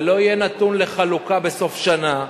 ולא יהיה נתון לחלוקה בסוף שנה,